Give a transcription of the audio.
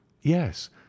yes